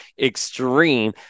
extreme